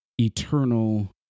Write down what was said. eternal